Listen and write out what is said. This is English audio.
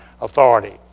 authority